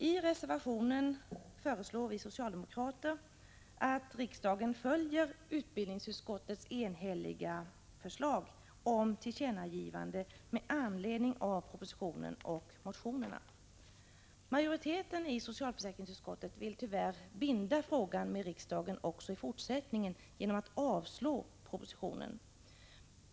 I reservationen föreslår vi socialdemokrater att riksdagen följer utbildningsutskottets enhälliga förslag om tillkännagivande med anledning av propositionen och motionerna. Majoriteten i socialförsäkringsutskottet vill tyvärr binda frågan till riksda Prot. 1985/86:159 gen också i fortsättningen genom att avslå propositionen.